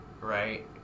Right